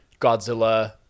Godzilla